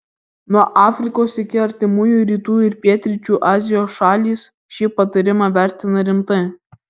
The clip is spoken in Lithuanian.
nuo afrikos iki artimųjų rytų ir pietryčių azijos šalys šį patarimą vertina rimtai